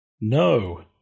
No